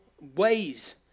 ways